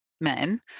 men